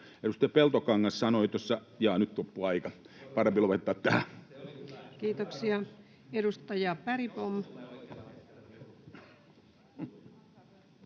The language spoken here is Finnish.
Edustaja Peltokangas sanoi tuossa …— Jaa, nyt loppui aika, parempi lopettaa tähän. Kiitoksia. — Edustaja Bergbom.